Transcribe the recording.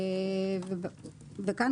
וכאן,